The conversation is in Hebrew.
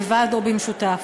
לבד או במשותף.